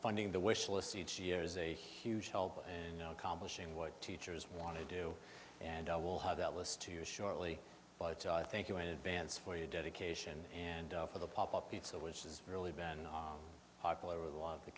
funding the wish list each year is a huge help and accomplishing what teachers want to do and i will have that list to use shortly but i thank you in advance for your dedication and for the pop up pizza which is really been